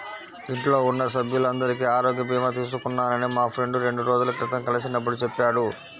ఇంట్లో ఉన్న సభ్యులందరికీ ఆరోగ్య భీమా తీసుకున్నానని మా ఫ్రెండు రెండు రోజుల క్రితం కలిసినప్పుడు చెప్పాడు